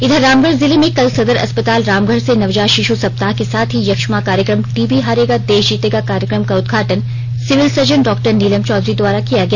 इधर रामगढ़ जिले में कल सदर अस्पताल रामगढ़ से नवजात शिशु सप्ताह के साथ ही यक्ष्मा कार्यक्रम टीबी हारेगा देश जीतेगा कार्यक्रम का उदघाटन civil surgeon doctor Neelam Chaudhary द्वारा किया गया